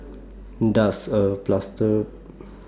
Does A Plaster